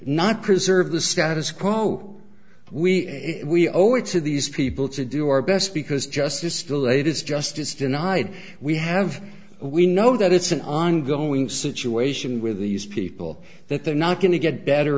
not preserve the status quo we we owe it to these people to do our best because justice delayed is justice denied we have we know that it's an ongoing situation with these people that they're not going to get better